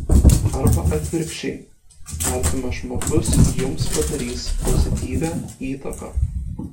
arba atvirkščiai artimas žmogus jums padarys pozityvią įtaką